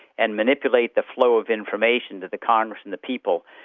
and manipulate the flow of information to the congress and the people,